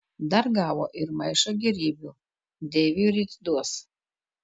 dar gavo ir maišą gėrybių deiviui ryt duos